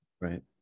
Right